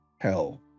hell